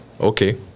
okay